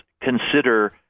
consider